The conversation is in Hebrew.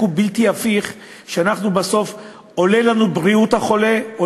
הוא בלתי הפיך שבסוף עולה לנו הטיפול בחולה,